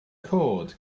cod